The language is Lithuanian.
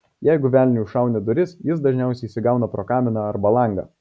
jeigu velniui užšauni duris jis dažniausiai įsigauna pro kaminą arba langą